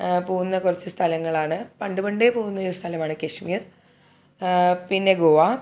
പോകുന്ന കുറച്ച് സ്ഥലങ്ങളാണ് പണ്ടുപണ്ടേ പോകുന്നൊരു സ്ഥലമാണ് കശ്മീർ പിന്നെ ഗോവ